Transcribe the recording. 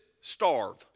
Starve